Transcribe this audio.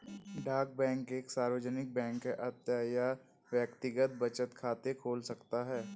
डाक बैंक एक सार्वजनिक बैंक है अतः यह व्यक्तिगत बचत खाते खोल सकता है